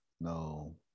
no